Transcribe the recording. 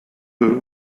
eux